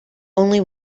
only